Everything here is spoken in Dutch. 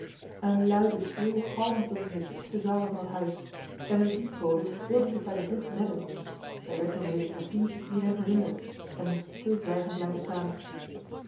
een luide schreeuw galmde tot in de diepste zalen van het huis en de dienstbode wilde zich bij de vlucht redden zij werd door mijnheer de cressines hierin verhinderd en moest stilzwijgend blijven staan